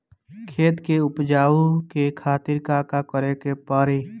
खेत के उपजाऊ के खातीर का का करेके परी?